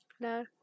No